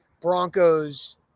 Broncos